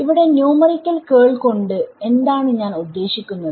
ഇവിടെ ന്യൂമറിക്കൽ കേൾ കൊണ്ട് എന്താണ് ഞാൻ ഉദ്ദേശിക്കുന്നത്